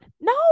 No